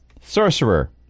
Sorcerer